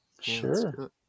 Sure